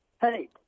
Hey